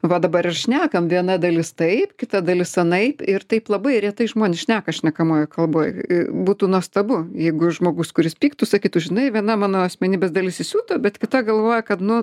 va dabar ir šnekam viena dalis taip kita dalis anaip ir taip labai retai žmonės šneka šnekamojoj kalboj būtų nuostabu jeigu žmogus kuris pyktų sakytų žinai viena mano asmenybės dalis įsiuto bet kita galvoja kad nu